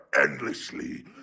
endlessly